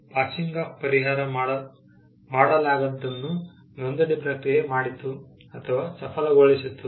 passing off ಪರಿಹಾರ ಮಾಡಲಾಗದ್ದನ್ನು ನೊಂದಣಿ ಪ್ರಕ್ರಿಯೆ ಮಾಡಿತು ಅಥವಾ ಸಫಲಗೊಳಿಸಿತು